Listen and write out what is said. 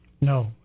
No